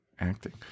acting